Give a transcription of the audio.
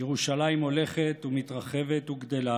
ירושלים הולכת ומתרחבת וגדלה,